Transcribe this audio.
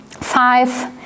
five